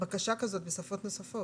בקשה כזו בשפות נוספות?